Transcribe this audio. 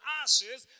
ashes